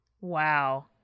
Wow